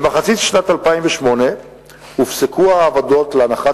במחצית שנת 2008 הופסקו העבודות להנחת